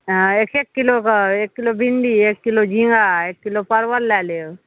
तऽ एक एक किलोके एक किलो भिन्डी एक किलो झिङ्गा एक किलो परवल लै लेब